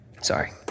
sorry